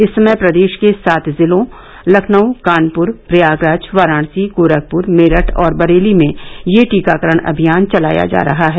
इस समय प्रदेश के सात जिलों लखनऊ कानपुर प्रयागराज वाराणसी गोरखपूर मेरठ और बरेली में यह टीकाकरण अभियान चलाया जा रहा है